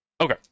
Okay